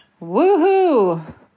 woohoo